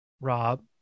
Rob